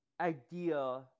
idea